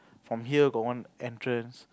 from here got one entrance